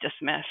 dismiss